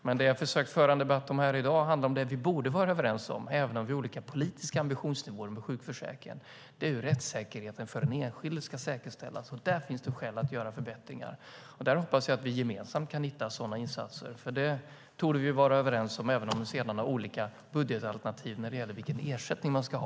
Men det jag har försökt att föra en debatt om här i dag handlar om det vi borde vara överens om, även om vi har olika politiska ambitionsnivåer när det gäller sjukförsäkringen. Det är att rättssäkerheten för den enskilda ska säkerställas. Där finns det skäl att göra förbättringar. Jag hoppas att vi gemensamt kan hitta sådana insatser. Det torde vi vara överens om, även om vi sedan har olika budgetalternativ när det gäller vilken ersättning man ska ha.